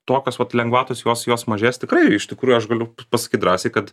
tokios vat lengvatos jos jos mažės tikrai iš tikrųjų aš galiu pasakyt drąsiai kad